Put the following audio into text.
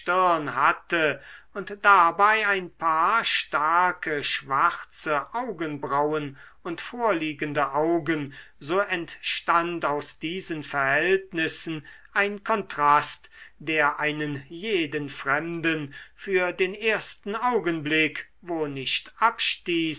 hatte und dabei ein paar starke schwarze augenbrauen und vorliegende augen so entstand aus diesen verhältnissen ein kontrast der einen jeden fremden für den ersten augenblick wo nicht abstieß